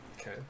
Okay